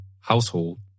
household